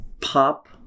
pop